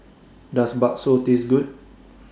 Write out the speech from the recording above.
Does Bakso Taste Good